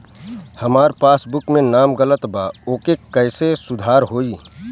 हमार पासबुक मे नाम गलत बा ओके कैसे सुधार होई?